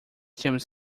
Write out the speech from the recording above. temos